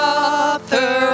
author